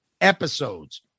episodes